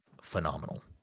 phenomenal